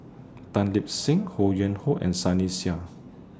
Tan Lip Seng Ho Yuen Hoe and Sunny Sia